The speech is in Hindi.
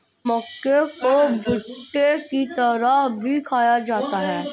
मक्के को भुट्टे की तरह भी खाया जाता है